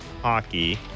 hockey